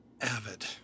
Avid